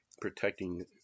protecting